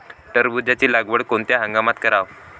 टरबूजाची लागवड कोनत्या हंगामात कराव?